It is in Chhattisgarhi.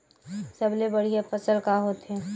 सबले बढ़िया फसल का होथे?